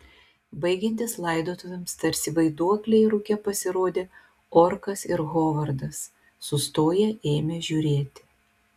baigiantis laidotuvėms tarsi vaiduokliai rūke pasirodė orkas ir hovardas sustoję ėmė žiūrėti